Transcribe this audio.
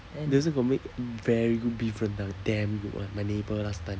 they also got make very good beef rendang damn good [one] my neighbour last time